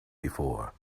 before